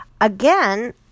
again